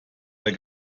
der